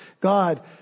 God